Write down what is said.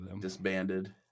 disbanded